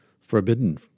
forbidden